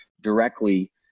directly